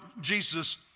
Jesus